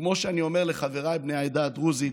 כמו שאני אומר לחבריי בני העדה הדרוזית,